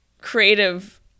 creative